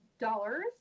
dollars